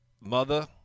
mother